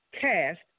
cast